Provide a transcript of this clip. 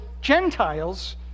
Gentiles